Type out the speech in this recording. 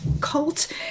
cult